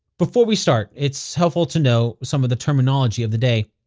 before we start, it's helpful to know some of the terminology of the day.